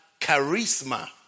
charisma